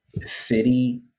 City